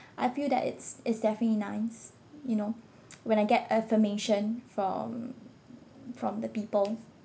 I feel that it's it's definitely nice you know when I get affirmation from from the people